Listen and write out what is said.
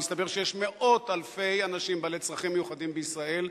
ומסתבר שיש מאות אלפי אנשים בעלי צרכים מיוחדים בישראל,